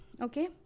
okay